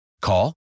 Call